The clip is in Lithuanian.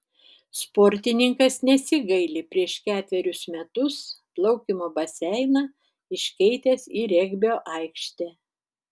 sportininkas nesigaili prieš ketverius metus plaukimo baseiną iškeitęs į regbio aikštę